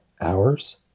hours